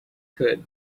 could